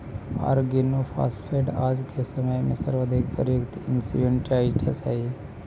organophosphate आज के समय में सर्वाधिक प्रयुक्त इंसेक्टिसाइट्स् हई